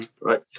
right